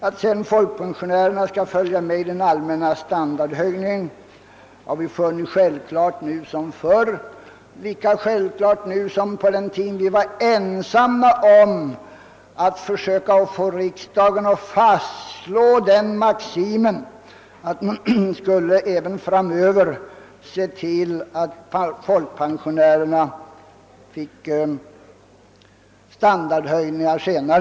Att sedan folkpensionärerna skall följa med i den allmänna standardhöjningen har vi funnit självklart — det är lika självklart för oss i dag som på den tiden då vi var ensamma om att försöka få riksdagen att fastslå den maximen att man även framöver skulle se till att folkpensionärerna fick följa med i standardhöjningarna.